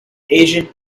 agent